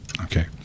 okay